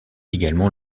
également